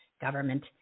government